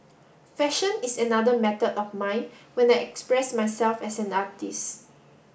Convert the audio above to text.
fashion is another method of mine when I express myself as an artist